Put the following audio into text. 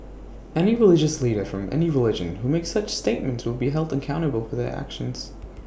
any religious leader from any religion who makes such statements will be held accountable for their actions